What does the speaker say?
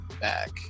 back